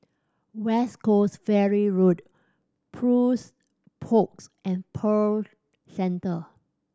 West Coast Ferry Road Plush Pods and Pearl Centre